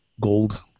gold